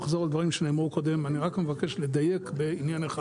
שנאמרו קודם, אני רק מבקש לדייק בעניין אחד.